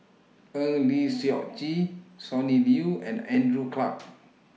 Eng Lee Seok Chee Sonny Liew and Andrew Clarke